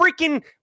freaking